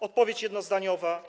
Odpowiedź jednozdaniowa.